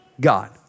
God